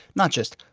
not just,